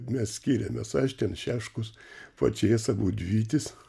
mes skiriamės aš ten šeškus pačėsa budvytis